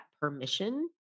permission